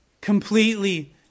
completely